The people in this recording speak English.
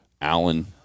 Allen